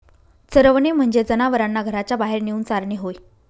चरवणे म्हणजे जनावरांना घराच्या बाहेर नेऊन चारणे होय